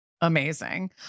Amazing